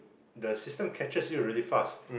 the system captures you really fast